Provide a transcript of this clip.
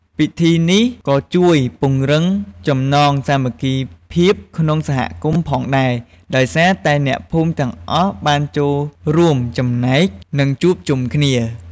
ពិធីនេះក៏ជួយពង្រឹងចំណងសាមគ្គីភាពក្នុងសហគមន៍ផងដែរ ដោយសារតែអ្នកភូមិទាំងអស់បានចូលរួមចំណែក និងជួបជុំគ្នា។